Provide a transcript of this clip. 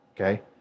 Okay